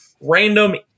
random